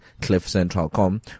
cliffcentral.com